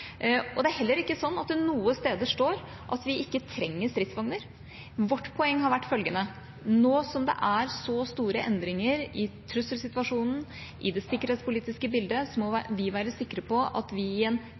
Det er heller ikke slik at det noen steder står at vi ikke trenger stridsvogner. Vårt poeng har vært følgende: Nå som det er så store endringer i trusselsituasjonen, i det sikkerhetspolitiske bildet, må vi være sikre på at vi i en